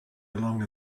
along